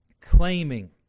claiming